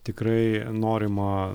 tikrai norima